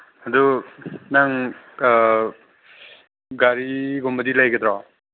ꯑꯗꯨ ꯅꯪ ꯒꯥꯔꯤꯒꯨꯝꯕꯗꯤ ꯂꯩꯒꯗ꯭ꯔꯣ